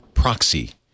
proxy